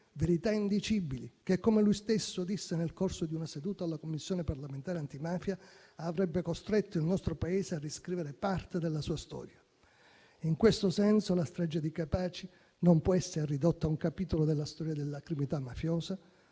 verità indicibili che, come lui stesso disse nel corso di una seduta della Commissione parlamentare antimafia, avrebbe costretto il nostro Paese a riscrivere parte della sua storia. In questo senso, la strage di Capaci non può essere ridotta a un capitolo della storia della criminalità mafiosa.